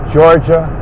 Georgia